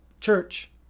church